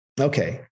Okay